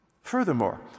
Furthermore